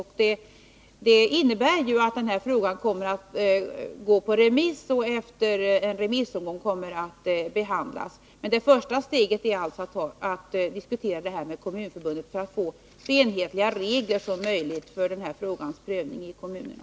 Förslaget kommer att gå ut på remiss och kommer efter remissomgången att behandlas. Men det första steget är alltså att diskutera frågan med Kommunförbundet, för att vi skall kunna få så enhetliga regler som möjligt för frågans prövning i kommunerna.